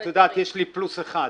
את יודעת, יש לי פלוס אחד.